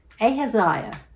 Ahaziah